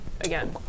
Again